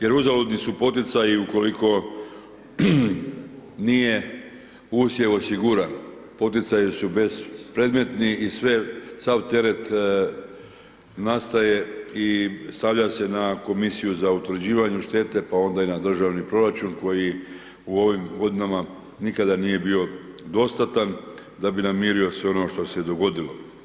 Jer uzaludni su poticaji, ukoliko nije usjev osiguran, poticaji su bespredmetni i sav teret nastaje i stavlja se na komisiju za utvrđivanje štete, pa onda i na državni proračun, koji u ovim godinama nikada nije bio dostatan, da bi namirio sve ono što se je dogodilo.